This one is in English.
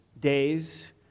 days